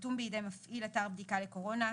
חתום בידי מפעיל אתר בדיקה לקורונה,